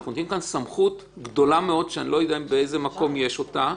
אנחנו נותנים כאן סמכות גדולה מאוד שאני לא יודע באיזה מקום יש אותה,